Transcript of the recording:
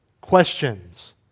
questions